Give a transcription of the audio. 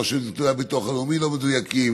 או שנתוני הביטוח הלאומי לא מדויקים.